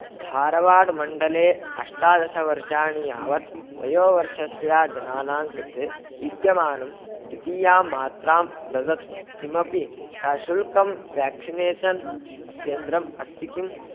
धारवाड् मण्डले अष्टादशवर्षाणि यावत् वयोवर्षस्य जनानां कृते विद्यमानं द्वितीयां मात्रां ददत् किमपि सशुल्कं व्याक्षिनेषन् केन्द्रम् अस्ति किम्